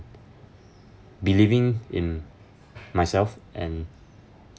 believing in myself and